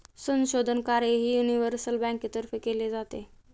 संशोधन कार्यही युनिव्हर्सल बँकेतर्फे केले जाते